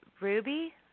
ruby